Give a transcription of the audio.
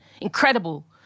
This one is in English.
incredible